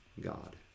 God